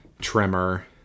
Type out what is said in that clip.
trimmer